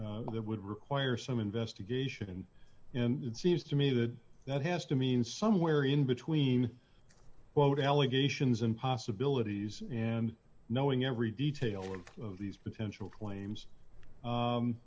name that would require some investigation and it seems to me that that has to mean somewhere in between quote allegations and possibilities and knowing every detail of these potential claims